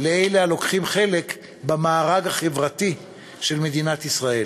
לאלה הלוקחים חלק במארג החברתי של מדינת ישראל.